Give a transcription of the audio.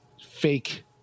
fake